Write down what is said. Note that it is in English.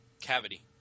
cavity